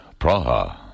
Praha